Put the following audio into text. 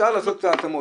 אפשר לעשות את ההתאמות.